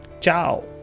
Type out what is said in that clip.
Ciao